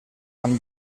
amb